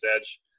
edge